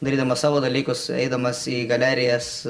darydamas savo dalykus eidamas į galerijas